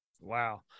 Wow